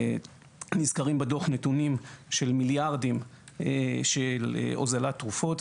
בדוח נזכרים נתונים של מיליארד בהוזלת תרופות.